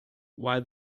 why